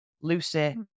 Lucy